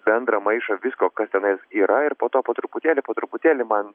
bendrą maišą visko kas tenais yra ir po to po truputėlį po truputėlį man